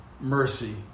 mercy